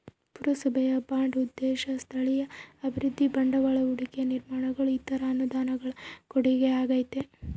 ಪುರಸಭೆಯ ಬಾಂಡ್ ಉದ್ದೇಶ ಸ್ಥಳೀಯ ಅಭಿವೃದ್ಧಿ ಬಂಡವಾಳ ಹೂಡಿಕೆ ನಿರ್ಮಾಣಗಳು ಇತರ ಅನುದಾನಗಳ ಕೊಡುಗೆಯಾಗೈತೆ